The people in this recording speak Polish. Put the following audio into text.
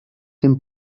tym